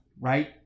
right